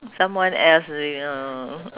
someone else alrea~ oh